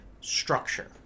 structure